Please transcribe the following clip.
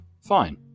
Fine